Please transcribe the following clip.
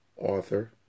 author